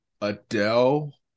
Adele